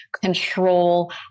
control